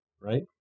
Right